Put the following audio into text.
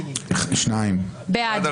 הצבעה לא